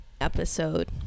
episode